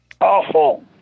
awful